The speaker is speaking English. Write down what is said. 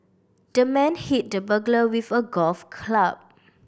the man hit the burglar with a golf club